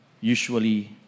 usually